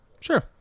Sure